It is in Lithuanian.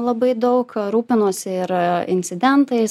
labai daug rūpinuosi ir incidentais